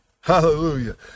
hallelujah